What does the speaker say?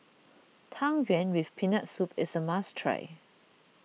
Tang Yuen with Peanut Soup is a must try